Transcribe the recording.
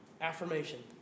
Affirmation